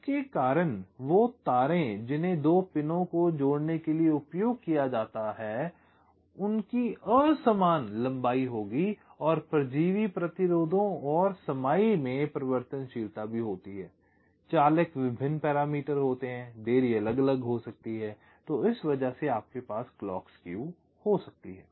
जिसके कारण वो तारें जिन्हे दो पिनों को जोड़ने के लिए उपयोग किया जाता है उनकी असमान लंबाई होगी और परजीवी प्रतिरोधों और समाई में परिवर्तनशीलता भी होती है चालक विभिन्न पैरामीटर होते हैं देरी अलग अलग हो सकती है और इस वजह से आपके पास क्लॉक स्केव हो सकती है